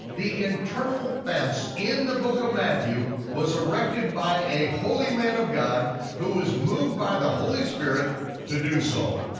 the internal fence in the book of matthew was erected by a holy man of god who was moved by the holy spirit to do so.